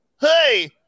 hey